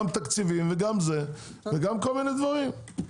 גם תקציבים וגם כל מיני דברים.